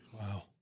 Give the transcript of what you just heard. wow